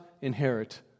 inherit